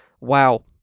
Wow